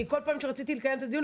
כי כל פעם שרציתי לקיים את הדיון,